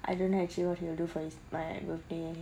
I don't know actually what he will do for his my birthday